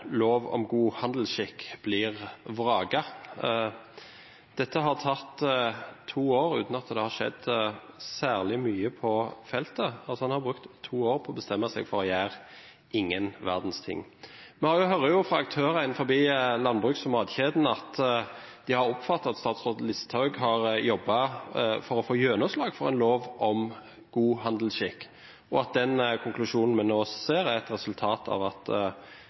lov om god handelsskikk blir vraket. Dette har tatt to år uten at det har skjedd særlig mye på feltet. Man har altså brukt to år på å bestemme seg for å gjøre ingen verdens ting. Vi hører fra aktører innen landbruks- og matkjedene at de har oppfattet at statsråd Listhaug har jobbet for å få gjennomslag for en lov om god handelsskikk, og at konklusjonen vi nå ser, er et resultat av at